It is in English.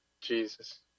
jesus